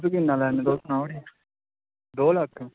तुस किन्ना लैन्ने तुस सनाओ निं दो लक्ख